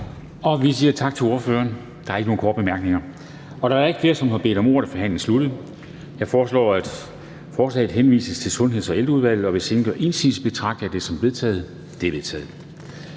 Vi siger tak til ordføreren. Der er ikke nogen korte bemærkninger. Da der ikke er flere, der har bedt om ordet, er forhandlingen sluttet. Jeg foreslår, at forslaget henvises til Sundheds- og Ældreudvalget, og hvis ingen gør indsigelse, betragter jeg det som vedtaget. Det er vedtaget.